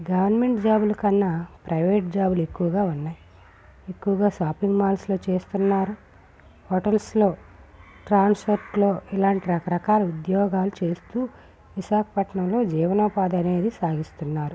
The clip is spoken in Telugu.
గవర్నమెంట్ జాబులు కన్నా ప్రైవేట్ జాబులు ఎక్కువగా ఉన్నాయి ఎక్కువగా షాపింగ్ మాల్స్లో చేస్తున్నారు హోటల్స్లో ట్రాన్సర్ట్లో ఇలాంటి రకరకాల ఉద్యోగాలు చేస్తు విశాఖపట్నంలో జీవనోపాధి అనేది సాగిస్తున్నారు